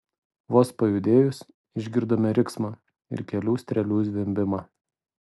vos pajudėjus išgirdome riksmą ir kelių strėlių zvimbimą